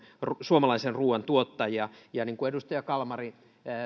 suomalaisen ruuan tuottajia ja niin kuin edustaja kalmari